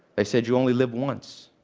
they said, you only live once.